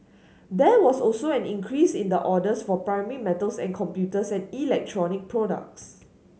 there was also an increase in orders for primary metals and computers and electronic products